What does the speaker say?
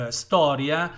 storia